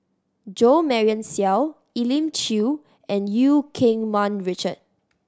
Jo Marion Seow Elim Chew and Eu Keng Mun Richard